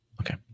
Okay